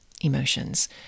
emotions